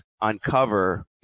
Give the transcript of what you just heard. uncover